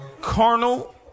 carnal